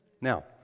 Now